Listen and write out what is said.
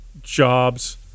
jobs